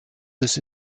this